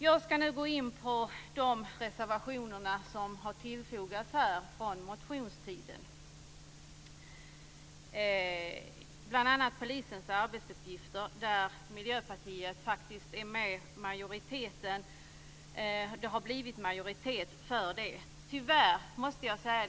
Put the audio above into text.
Jag ska nu gå in på de reservationer som har fogats till betänkandet med anledning av motioner från motionstiden. Det handlar bl.a. om polisens arbetsuppgifter, där Miljöpartiet faktiskt ingår i majoriteten - tyvärr måste jag säga.